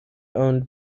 owned